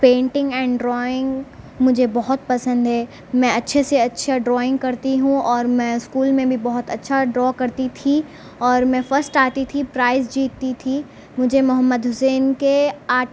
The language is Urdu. پینٹنگ اینڈ ڈرائیونگ مجھے بہت پسند ہے میں اچھے سے اچھا ڈرائیونگ کرتی ہوں اور میں اسکول میں بھی اچھا ڈرا کرتی تھی اور میں فسٹ آتی تھی پرائز جیتتی تھی مجھے محمد حسین کے آرٹیں